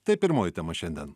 tai pirmoji tema šiandien